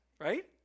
right